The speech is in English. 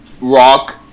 rock